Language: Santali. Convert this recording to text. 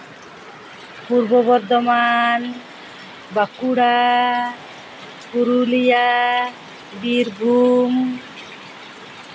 ᱯᱩᱨᱵᱚ ᱵᱚᱨᱫᱷᱚᱢᱟᱱ ᱵᱟᱸᱠᱩᱲᱟ ᱯᱩᱨᱩᱞᱤᱭᱟ ᱵᱤᱨᱵᱷᱩᱢ